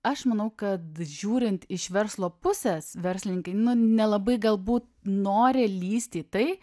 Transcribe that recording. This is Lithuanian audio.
aš manau kad žiūrint iš verslo pusės verslininkai nu nelabai galbūt nori lįst į tai